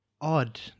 Odd